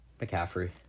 McCaffrey